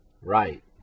Right